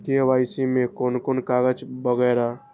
KYC में कोन कोन कागज वगैरा?